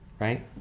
right